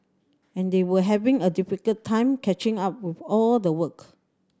and they were having a difficult time catching up with all the work